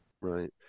right